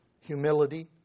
humility